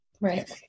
Right